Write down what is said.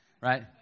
Right